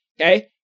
Okay